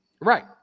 Right